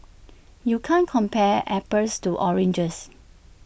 you can't compare apples to oranges